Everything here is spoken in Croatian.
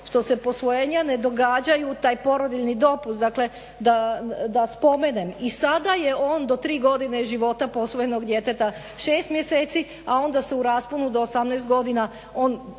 što se posvojenja ne događaju, taj porodiljni dopust dakle da spomenem i sada je on do tri godine života posvojenog djeteta, 6 mjeseci, a onda se u rasponu do 18 godina